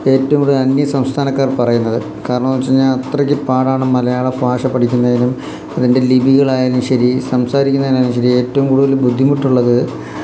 ഏറ്റവും കൂടുതൽ അന്യ സംസ്ഥാനക്കാർ പറയുന്നത് കാരണമെന്താന്ന് വെച്ച് കഴിഞ്ഞാൽ അത്രയ്ക്ക് പാടാണ് മലയാള ഭാഷ പഠിക്കുന്നതിലും അതിൻ്റെ ലിപികളായാലും ശരി സംസാരിക്കുന്നതിനായാലും ശരി ഏറ്റവും കൂടുതൽ ബുദ്ധിമുട്ടുള്ളത്